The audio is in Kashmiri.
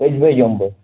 کٔژِ بَجہِ یِمہٕ بہٕ